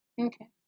okay